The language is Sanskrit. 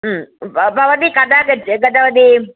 भवती कदा गच्छ गतवती